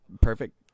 perfect